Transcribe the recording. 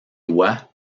doigt